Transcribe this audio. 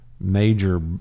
major